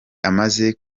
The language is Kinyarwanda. amaze